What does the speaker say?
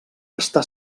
està